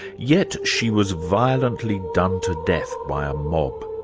yet she was violently done to death by a mob.